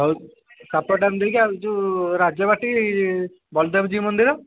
ହଉ ସାପୁଆ ଡ୍ୟାମ୍ ଦେଇକି ଆଉ ଯୋଉ ରାଜବାଟୀ ବଳଦେବ ଜୀଉ ମନ୍ଦିର